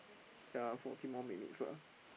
ya forty more minutes ah